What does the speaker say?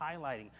highlighting